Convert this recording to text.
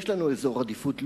יש לנו אזור עדיפות לאומית.